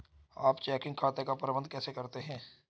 आप चेकिंग खाते का प्रबंधन कैसे करते हैं?